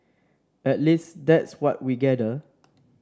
at least that's what we gather